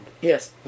Yes